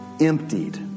emptied